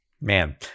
man